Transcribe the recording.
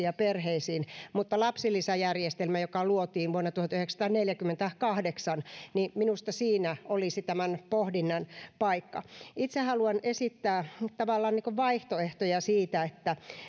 ja perheisiin mutta lapsilisäjärjestelmä joka luotiin vuonna tuhatyhdeksänsataaneljäkymmentäkahdeksan minusta siinä olisi tämän pohdinnan paikka itse haluan esittää tavallaan niin kuin vaihtoehtoja siitä